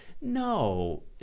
no